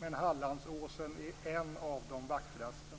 Men Hallandsåsen är en av de vackraste.